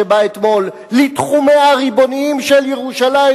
שבא אתמול לתחומיה הריבוניים של ירושלים